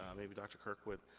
maybe dr. kirkwood.